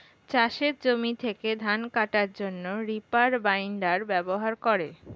চাষের জমি থেকে ধান কাটার জন্যে রিপার বাইন্ডার ব্যবহার করে